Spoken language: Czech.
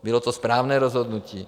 Bylo to správné rozhodnutí.